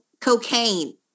cocaine